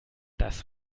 das